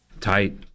Tight